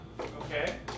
Okay